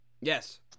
yes